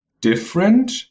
different